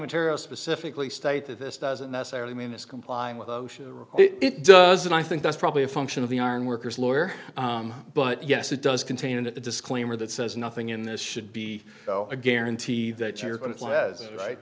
material specifically stated this doesn't necessarily mean it's complying with oh sure it does and i think that's probably a function of the iron workers lawyer but yes it does contain a disclaimer that says nothing in this should be a guarantee that